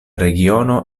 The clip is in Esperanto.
regiono